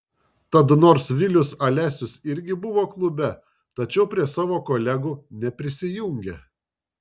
tad nors vilius alesius irgi buvo klube tačiau prie savo kolegų neprisijungė